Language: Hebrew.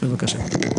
בבקשה.